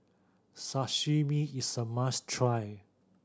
Sashimi is a must try